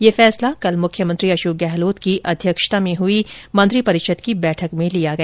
ये फैसला कल मुख्यमंत्री अशोक गहलोत की अध्यक्षता में हुई राज्य मंत्रिपरिषद की बैठक में लिया गया